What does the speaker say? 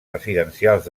residencials